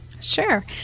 Sure